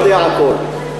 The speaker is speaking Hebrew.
כבר יודע הכול?